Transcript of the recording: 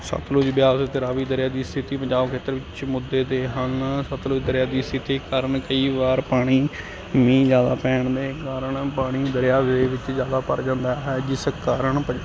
ਸਤਲੁਜ ਬਿਆਸ ਅਤੇ ਰਾਵੀ ਦਰਿਆ ਦੀ ਸਥਿੱਤੀ ਪੰਜਾਬ ਖੇਤਰ ਵਿੱਚ ਮੁੱਦੇ 'ਤੇ ਹਨ ਸਤਲੁਜ ਦਰਿਆ ਦੀ ਸਥਿੱਤੀ ਕਾਰਨ ਕਈ ਵਾਰ ਪਾਣੀ ਮੀਂਹ ਜ਼ਿਆਦਾ ਪੈਣ ਦੇ ਕਾਰਨ ਪਾਣੀ ਦਰਿਆ ਦੇ ਵਿੱਚ ਜ਼ਿਆਦਾ ਭਰ ਜਾਂਦਾ ਹੈ ਜਿਸ ਕਾਰਨ ਪੰ